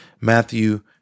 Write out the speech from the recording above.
Matthew